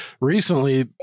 recently